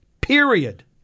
Period